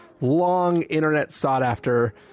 long-internet-sought-after